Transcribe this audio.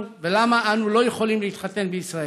ולמה אנו לא יכולים להתחתן בישראל.